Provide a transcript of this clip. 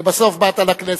ובסוף באת לכנסת.